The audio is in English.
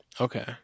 okay